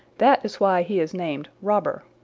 that is why he is named robber.